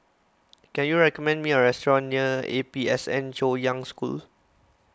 can you recommend me a restaurant near A P S N Chaoyang School